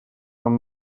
нам